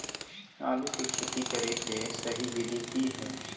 आलू के खेती करें के सही विधि की हय?